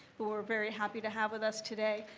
who we're very happy to have with us today,